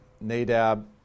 Nadab